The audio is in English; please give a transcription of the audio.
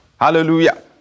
hallelujah